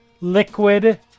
liquid